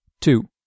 Two